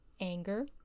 anger